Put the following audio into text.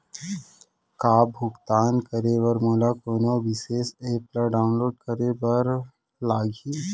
का भुगतान करे बर मोला कोनो विशेष एप ला डाऊनलोड करे बर लागही